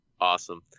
Awesome